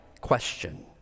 question